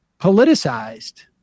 politicized